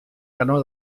canó